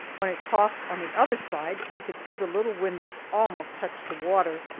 when it tossed on the other side, we could see the little windows almost touch the water,